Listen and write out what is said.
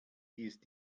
ist